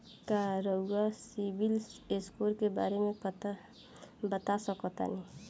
का रउआ CIBIL score के बारे में बता सकतानी?